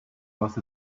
was